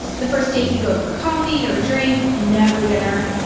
the first date you go for coffee, or a drink never dinner.